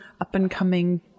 up-and-coming